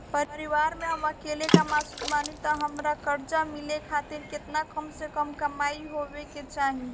परिवार में हम अकेले कमासुत बानी त हमरा कर्जा मिले खातिर केतना कम से कम कमाई होए के चाही?